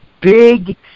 big